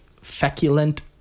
feculent